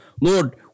Lord